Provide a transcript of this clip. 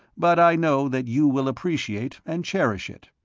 but i know that you will appreciate and cherish it.